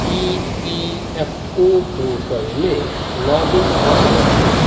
ई P F O पोर्टलमे log in कऽ सकैत छी